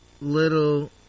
little